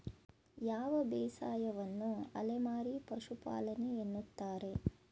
ಯಾವ ಬೇಸಾಯವನ್ನು ಅಲೆಮಾರಿ ಪಶುಪಾಲನೆ ಎನ್ನುತ್ತಾರೆ?